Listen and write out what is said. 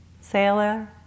Sailor